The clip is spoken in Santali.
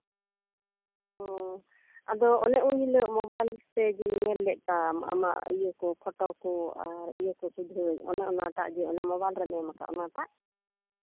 ᱟᱫᱚ ᱚᱱᱮ ᱩᱱ ᱦᱤᱞᱳᱜ ᱢᱳᱵᱟᱭᱤᱞ ᱛᱮ ᱜᱤᱧ ᱧᱮᱞ ᱞᱮᱫ ᱛᱟᱢ ᱟᱢᱟᱜ ᱤᱭᱟᱹ ᱠᱚ ᱯᱷᱳᱴᱳ ᱠᱚ ᱟᱨ ᱤᱭᱟᱹ ᱠᱚ ᱥᱩᱫᱷᱟᱹᱭ ᱚᱱᱮ ᱚᱱᱟᱴᱟᱜ ᱡᱮ ᱢᱳᱵᱟᱭᱤᱞ ᱨᱮᱢ ᱮᱢ ᱠᱟᱜ ᱚᱱᱟ ᱴᱟᱜ